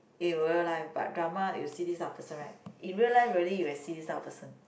in real life but drama you see this type of person right in real life you really will see this type of person